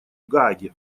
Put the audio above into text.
гааге